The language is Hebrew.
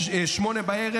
19:59,